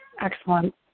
Excellent